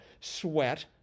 sweat